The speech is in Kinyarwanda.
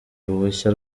uruhushya